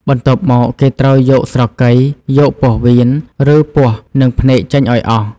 បន្ទាប់មក គេត្រូវយកស្រកី យកពោះវៀន ឬពោះ និងភ្នែកចេញឱ្យអស់។